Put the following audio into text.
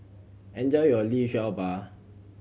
enjoy your Liu Sha Bao